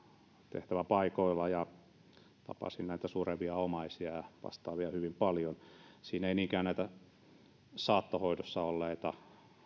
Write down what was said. tehtäväpaikoilla ja tapasin näitä surevia omaisia ja vastaavia hyvin paljon siinä ei niinkään näitä saattohoidossa olleita